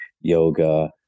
yoga